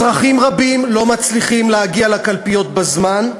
אזרחים רבים לא מצליחים להגיע לקלפיות בזמן,